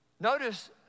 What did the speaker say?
Notice